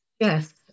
Yes